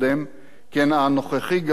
כי הנוכחי גרוע ממנו.